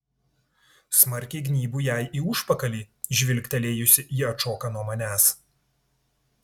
smarkiai gnybu jai į užpakalį žvygtelėjusi ji atšoka nuo manęs